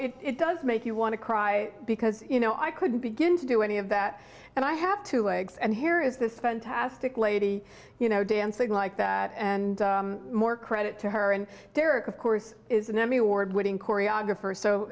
it it does make you want to cry because you know i couldn't begin to do any of that and i have two legs and here is this fantastic lady you know dancing like that and more credit to her and derek of course is an emmy award winning choreographer so